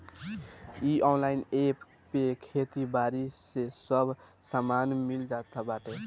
इ online app पे खेती बारी के सब सामान मिल जात बाटे